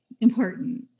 important